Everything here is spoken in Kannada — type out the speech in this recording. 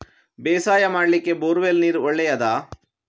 ಬೇಸಾಯ ಮಾಡ್ಲಿಕ್ಕೆ ಬೋರ್ ವೆಲ್ ನೀರು ಒಳ್ಳೆಯದಾ?